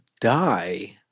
die –